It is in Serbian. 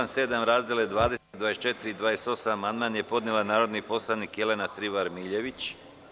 Na član 7. razdele 20, 24 i 28 amandman je podnela narodni poslanik Jelena Travar Miljević.